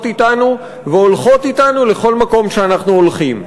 אתנו והולכות אתנו לכל מקום שאנחנו הולכים.